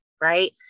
right